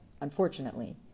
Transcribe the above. unfortunately